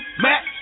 Mac